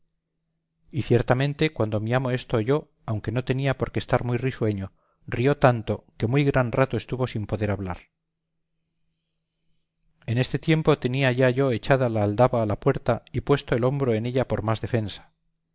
y ciertamente cuando mi amo esto oyó aunque no tenía por qué estar muy risueño rio tanto que muy gran rato estuvo sin poder hablar en este tiempo tenía ya yo echada la aldaba a la puerta y puesto el hombro en ella por más defensa